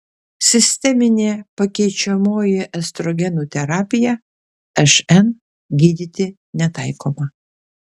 sisteminė pakeičiamoji estrogenų terapija šn gydyti netaikoma